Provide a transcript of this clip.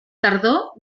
tardor